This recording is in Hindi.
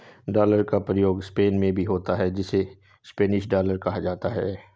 डॉलर का प्रयोग स्पेन में भी होता है जिसे स्पेनिश डॉलर कहा जाता है